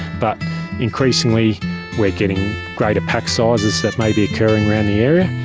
but increasingly we are getting greater pack sizes that may be occurring around the area,